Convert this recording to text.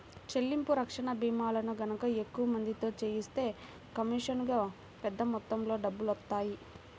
చెల్లింపు రక్షణ భీమాలను గనక ఎక్కువ మందితో చేయిస్తే కమీషనుగా పెద్ద మొత్తంలో డబ్బులొత్తాయి